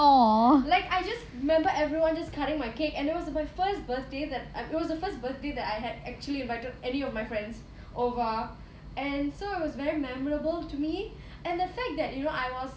like I just remember everyone just cutting my cake and it was my first birthday that it was the first birthday that I had actually invited any of my friends over and so it was very memorable to me and the fact that you know I was